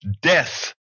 death